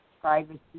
privacy